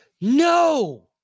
No